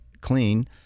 clean